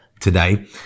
today